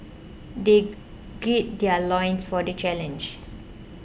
they gird their loins for the challenge